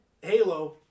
Halo